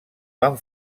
van